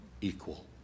equal